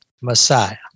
Messiah